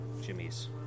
Jimmy's